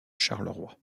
charleroi